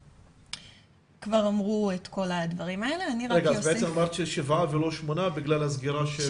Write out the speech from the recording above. אמרת ששבעה ולא שמונה בגלל הסגירה?